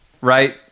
right